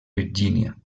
virgínia